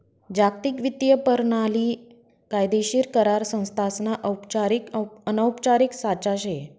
जागतिक वित्तीय परणाली कायदेशीर करार संस्थासना औपचारिक अनौपचारिक साचा शे